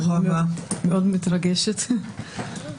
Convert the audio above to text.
אני מתרגשת מאוד.